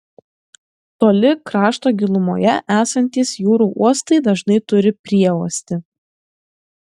toli krašto gilumoje esantys jūrų uostai dažnai turi prieuostį